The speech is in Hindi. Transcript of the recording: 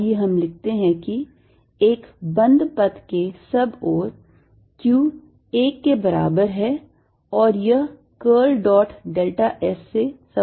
आइए हम लिखते हैं कि एक बंद पथ के सब ओर q एक के बराबर है और यह curl dot delta s से संबंधित है